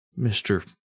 Mr